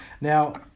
now